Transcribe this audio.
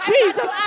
Jesus